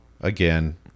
Again